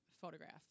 photograph